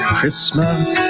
Christmas